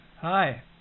hi